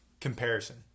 comparison